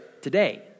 today